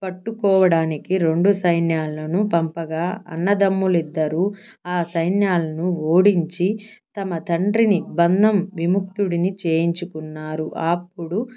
పట్టుకోవడానికి రెండు సైన్యాలను పంపగా అన్నదమ్ములు ఇద్దరు ఆ సైన్యాలను ఓడించి తమ తండ్రిని బంధ విముక్తుడిని చేయించుకున్నారు అప్పుడు